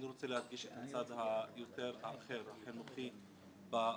אני רוצה להדגיש את הצד החינוכי בנושא.